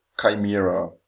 Chimera